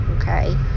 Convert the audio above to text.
okay